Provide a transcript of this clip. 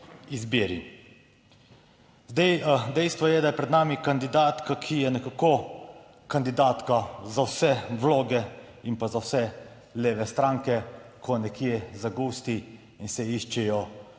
izbiri. Zdaj dejstvo je, da je pred nami kandidatka, ki je nekako kandidatka za vse vloge in pa za vse leve stranke, ko nekje zagusti in se iščejo